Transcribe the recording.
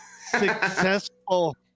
successful